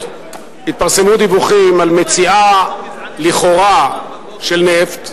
התפרסמו דיווחים על מציאה לכאורה של נפט,